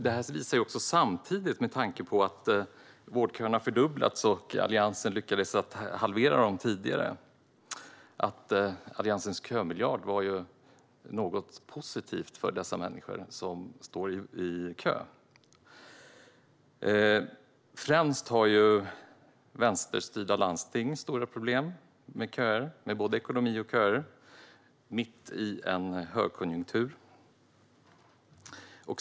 Det visar samtidigt, med tanke på att vårdköerna har fördubblats medan Alliansen tidigare lyckades halvera dem, att Alliansens kömiljard var något positivt för de människor som står i kö. Främst har vänsterstyrda landsting stora problem med både ekonomi och köer, mitt i en högkonjunktur.